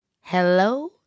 Hello